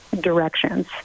directions